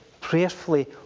prayerfully